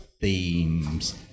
themes